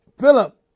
Philip